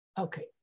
Okay